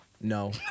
No